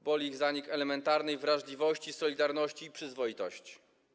Boli ich zanik elementarnej wrażliwości, solidarności i przyzwoitości.